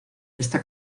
esta